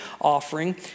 offering